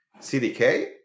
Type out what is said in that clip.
CDK